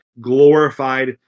glorified